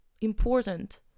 important